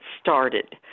started